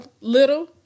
little